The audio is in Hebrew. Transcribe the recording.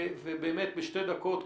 ובאמת בשתי דקות,